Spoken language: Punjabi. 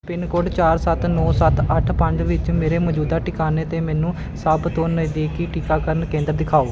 ਪਿੰਨ ਕੋਡ ਚਾਰ ਸੱਤ ਨੌਂ ਸੱਤ ਅੱਠ ਪੰਜ ਵਿੱਚ ਮੇਰੇ ਮੌਜੂਦਾ ਟਿਕਾਣੇ 'ਤੇ ਮੈਨੂੰ ਸਭ ਤੋਂ ਨਜ਼ਦੀਕੀ ਟੀਕਾਕਰਨ ਕੇਂਦਰ ਦਿਖਾਓ